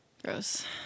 gross